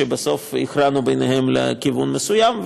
שבסוף הכרענו ביניהם לכיוון מסוים,